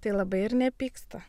tai labai ir nepyksta